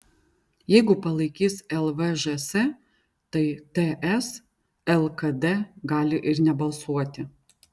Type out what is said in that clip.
jeigu palaikys lvžs tai ts lkd gali ir nebalsuoti